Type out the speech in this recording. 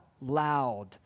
loud